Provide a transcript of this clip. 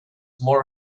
more